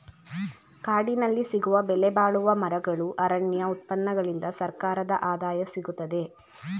ಕಾಡಿನಲ್ಲಿ ಸಿಗುವ ಬೆಲೆಬಾಳುವ ಮರಗಳು, ಅರಣ್ಯ ಉತ್ಪನ್ನಗಳಿಂದ ಸರ್ಕಾರದ ಆದಾಯ ಸಿಗುತ್ತದೆ